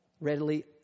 readily